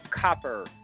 Copper